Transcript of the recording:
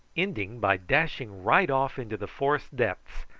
ending by dashing right off into the forest depths,